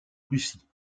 russie